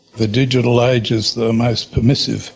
the digital age is the most permissive